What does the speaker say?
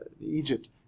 Egypt